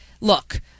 Look